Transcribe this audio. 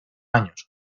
años